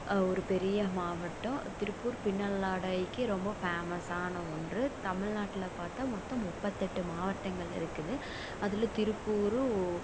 ஒரு பெரிய மாவட்டம் திருப்பூர் பின்னல் ஆடைக்கி ரொம்ப ஃபேமஸான ஒன்று தமிழ்நாட்டில் பார்த்தா மொத்தம் முப்பத்தெட்டு மாவட்டங்கள் இருக்குது அதில் திருப்பூரும்